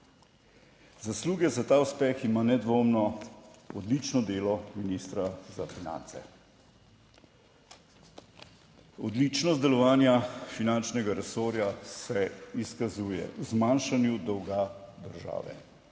Zasluge za ta uspeh ima nedvomno odlično delo ministra za finance. Odličnost delovanja finančnega resorja se izkazuje v zmanjšanju dolga države.